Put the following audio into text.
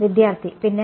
വിദ്യാർത്ഥി പിന്നെ